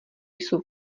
jsou